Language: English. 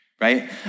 right